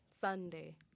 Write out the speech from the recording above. Sunday